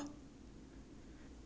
要命 lor